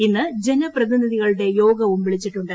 ഇന്ന് ജനപ്രതിനികളുടെ യോഗവും വിളിച്ചിട്ടുണ്ട്